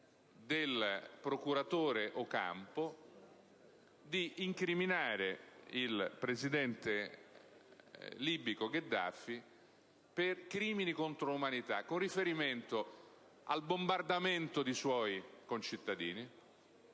del procuratore Ocampo di incriminare il presidente libico Gheddafi per crimini contro l'umanità, con riferimento al bombardamento di suoi concittadini